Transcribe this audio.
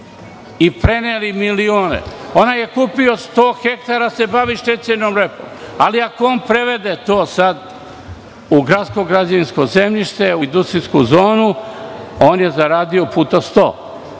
i preneli milione. Onaj je kupio sto hektara da se bavi šećernom repom, ali ako on prevede to sad u gradsko građevinsko zemljište, u industrijsku zonu, on je zaradio puta sto.